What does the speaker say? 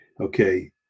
okay